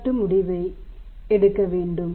எனவே செயல்பாட்டு முடிவை படிக்க வேண்டும்